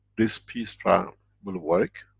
this peace plan will work